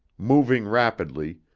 moving rapidly,